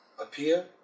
appear